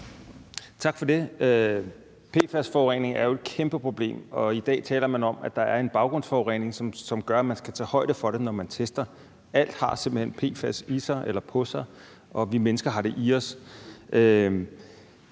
Tak for det. PFAS-forurening er jo et kæmpe problem, og i dag taler man om, at der er en baggrundsforurening, som gør, at man skal tage højde for det, når man tester. Alt har simpelt hen PFAS i sig eller på sig, og vi mennesker har det i os.